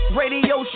radio